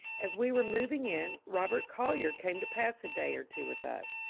as we were mov ing in, robert collyer came to pass a day or two with us.